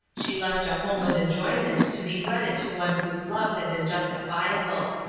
she left a home of enjoyment to be wedded to one whose love had been justifiable.